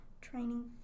training